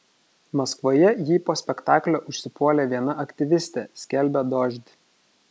maskvoje jį po spektaklio užsipuolė viena aktyvistė skelbia dožd